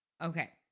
Okay